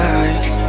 eyes